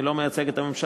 אני לא מייצג את הממשלה,